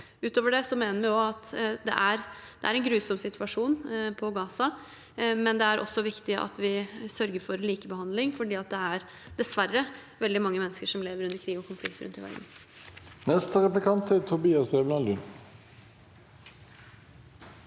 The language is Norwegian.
Utover det mener vi at det er en grusom situasjon i Gaza, men det er også viktig at vi sørger for likebehandling, for det er – dessverre – veldig mange mennesker som lever under krig og konflikt ute i verden. Tobias Drevland Lund